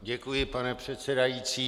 Děkuji, pane předsedající.